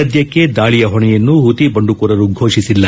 ಸದ್ಯಕ್ಲೆ ದಾಳಿಯ ಹೊಣೆಯನ್ನು ಹುತಿ ಬಂಡುಕೋರರು ಫೋಷಿಸಿಲ್ಲ